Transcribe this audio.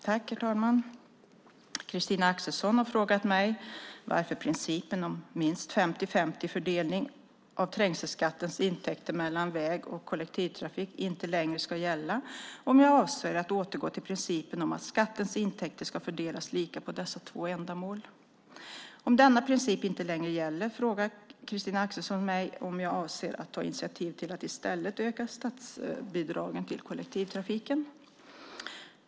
Herr talman! Christina Axelsson har frågat mig varför principen om minst 50-50-fördelning av trängselskattens intäkter mellan väg och kollektivtrafik inte längre ska gälla och om jag avser att återgå till principen om att skattens intäkter ska fördelas lika på dessa två ändamål. Om denna princip inte längre gäller, frågar Christina Axelsson mig om jag avser att ta initiativ till att i stället öka statsbidragen till kollektivtrafiken.